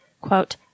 quote